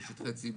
של שטחי ציבור,